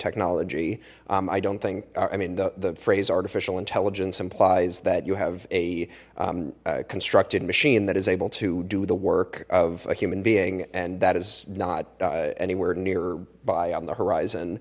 technology i don't think i mean the phrase artificial intelligence implies that you have a constructed machine that is able to do the work of a human being and that is not anywhere near by on the horizon